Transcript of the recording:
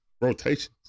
rotations